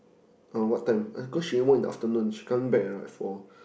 uh what time cause she end work in the afternoon she coming back around at four